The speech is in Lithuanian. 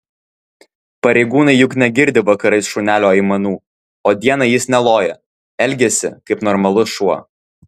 pareigūnai juk negirdi vakarais šunelio aimanų o dieną jis neloja elgiasi kaip normalus šuo